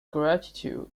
gratitude